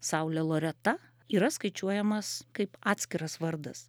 saulė loreta yra skaičiuojamas kaip atskiras vardas